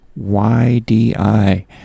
YDI